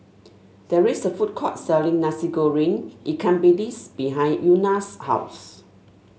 there is a food court selling Nasi Goreng Ikan Bilis behind Una's house